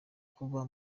kuba